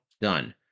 Done